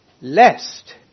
lest